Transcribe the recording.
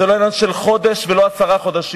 זה לא עניין של חודש ולא של עשרה חודשים.